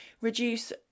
reduce